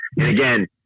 again